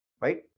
right